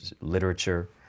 literature